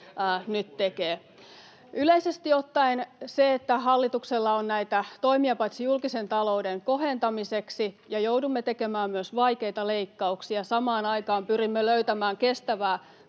nyt tekee. Yleisesti ottaen se, että hallituksella on näitä toimia paitsi julkisen talouden kohentamiseksi — ja joudumme tekemään myös vaikeita leikkauksia, [Aino-Kaisa Pekonen: Ette te